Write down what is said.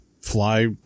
fly